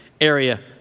area